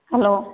hello